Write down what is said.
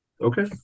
Okay